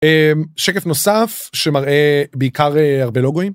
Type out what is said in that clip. שקף נוסף שמראה בעיקר הרבה לוגויים.